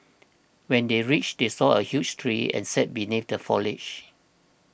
when they reached they saw a huge tree and sat beneath the foliage